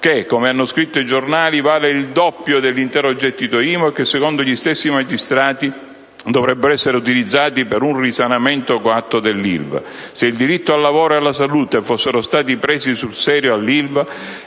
che, come hanno scritto i giornali, vale il doppio dell'intero gettito IMU e che, secondo gli stessi magistrati, dovrebbe essere utilizzato per un risanamento coatto dell'Ilva. Se il diritto al lavoro e alla salute fossero stai presi sul serio all'Ilva,